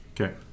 Okay